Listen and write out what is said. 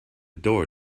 door